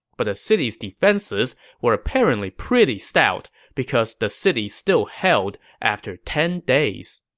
but the city's defenses were apparently pretty stout, because the city still held after ten days